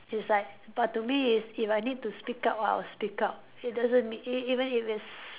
it's like but to me is if I need to speak up I will speak up it doesn't mean e~ even if it's